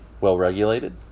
Well-regulated